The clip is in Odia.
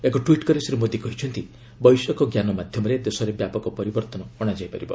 ଏକ ଟ୍ସିଟ୍ କରି ଶ୍ରୀ ମୋଦି କହିଛନ୍ତି ବୈଷୟିକ ଜ୍ଞାନ ମାଧ୍ୟମରେ ଦେଶରେ ବ୍ୟାପକ ପରିବର୍ତ୍ତନ ଅଣାଯାଇ ପାରିବ